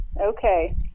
Okay